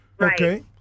Okay